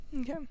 Okay